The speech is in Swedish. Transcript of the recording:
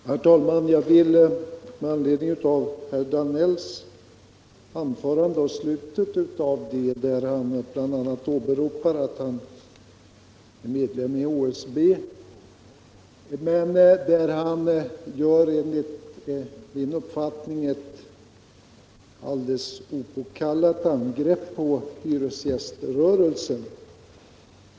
Herr talman! I slutet av sitt anförande åberopar herr Danell att han är medlem i HSB, men han gör enligt min mening ett alldeles opåkallat angrepp på hyresgäströrelsen.